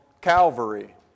Calvary